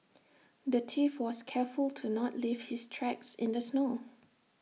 the thief was careful to not leave his tracks in the snow